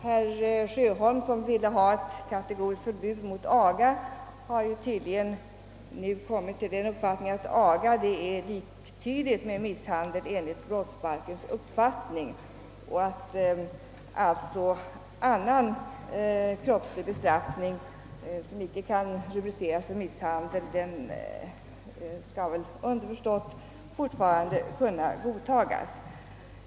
Herr Sjöholm, som ville ha ett kategoriskt förbud mot aga, har nu tydligen kommit till uppfattningen att aga är liktydigt med misshandel i brottsbalkens mening och att alltså annan kroppslig bestraffning, som inte kan rubriceras som misshandel, underförstått fortfarande skall kunna godtas.